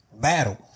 battle